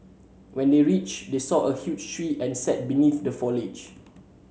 when they reached they saw a huge tree and sat beneath the foliage